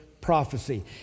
prophecy